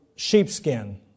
sheepskin